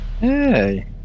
Hey